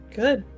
good